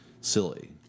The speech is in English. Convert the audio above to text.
silly